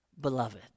beloved